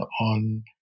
on